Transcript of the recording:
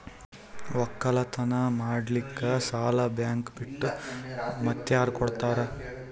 ಒಕ್ಕಲತನ ಮಾಡಲಿಕ್ಕಿ ಸಾಲಾ ಬ್ಯಾಂಕ ಬಿಟ್ಟ ಮಾತ್ಯಾರ ಕೊಡತಾರ?